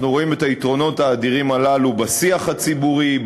אנחנו רואים את היתרונות האדירים הללו בשיח הציבורי,